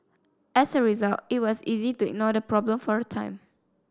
as a result it was easy to ignore the problem for a time